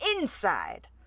inside